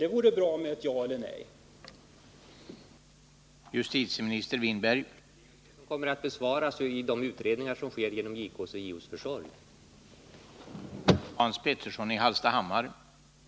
Det vore bra med ett ja eller ett nej som svar.